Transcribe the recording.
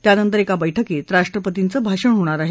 त्यानंतर एका बैठकीत राष्ट्रपर्तीचं भाषण होणार आहे